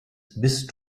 bist